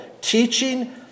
teaching